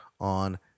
on